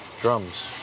drums